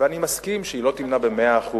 אני מסכים שהיא לא תמנע ב-100%,